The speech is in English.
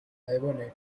hibernate